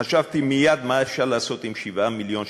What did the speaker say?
חשבתי מייד מה אפשר לעשות עם 7 מיליון שקלים.